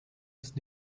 ist